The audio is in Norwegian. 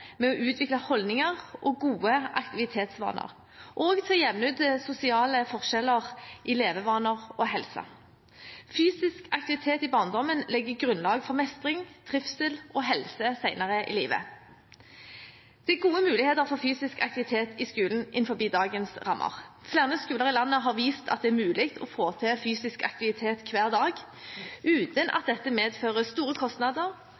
med å utvikle holdninger og gode aktivitetsvaner og å jevne ut sosiale forskjeller i levevaner og helse. Fysisk aktivitet i barndommen legger grunnlag for mestring, trivsel og helse senere i livet. Det er gode muligheter for fysisk aktivitet i skolen innenfor dagens rammer. Flere skoler i landet har vist at det er mulig å få til fysisk aktivitet hver dag uten at dette medfører store kostnader,